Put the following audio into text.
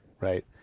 Right